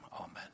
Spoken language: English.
Amen